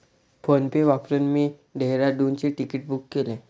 PhonePe वापरून मी डेहराडूनचे तिकीट बुक केले